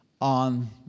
on